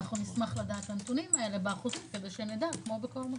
נשמח לדעת את הנתונים, כדי שנדע, כמו בכל מקום.